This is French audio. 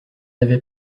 avait